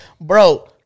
bro